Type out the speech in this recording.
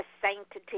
sanctity